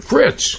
Fritz